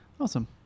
Awesome